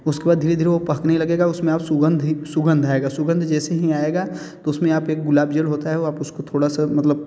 उसके बाद धीरे धीरे वो पकने लगेगा उसमें और सुगंध ही सुगंध आएगा सुगंध जैसे ही आएगा तो उसमें आप एक गुलाब जल होता है वो आप उसको थोड़ा सा मतलब